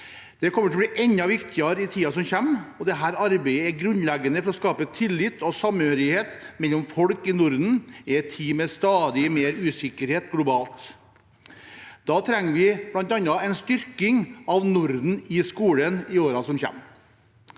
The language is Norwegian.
Det kommer til å bli enda viktigere i tiden som kommer. Dette arbeidet er grunnleggende for å skape tillit og samhørighet mellom folk i Norden i en tid med stadig mer usikkerhet globalt. Da trenger vi bl.a. en styrking av Norden i skolen i årene som kommer.